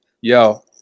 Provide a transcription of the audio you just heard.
yo